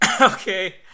Okay